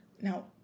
Now